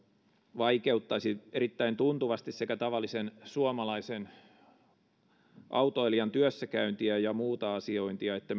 vaikeuttaisi erittäin tuntuvasti sekä tavallisen suomalaisen autoilijan työssäkäyntiä ja muuta asiointia että